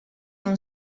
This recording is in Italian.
non